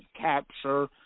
capture